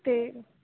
ਅਤੇ